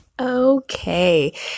Okay